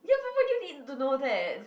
ya but why do you need to know that